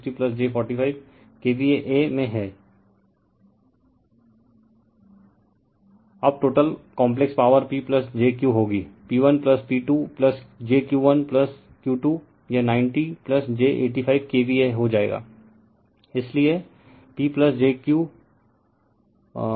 refer slide time 2502 अब total complex power P j Q होगी P1P2 jQ1 Q2 यह 90 j 85 KVA हो जाएगा